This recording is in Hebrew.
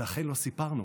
לכן לא סיפרנו.